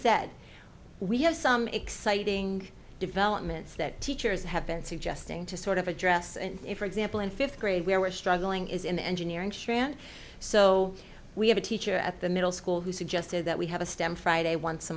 said we have some exciting developments that teachers have been suggesting to sort of address and if for example in fifth grade where we're struggling is in the engineering strand so we have a teacher at the middle school who suggested that we have a stem friday once a